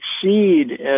succeed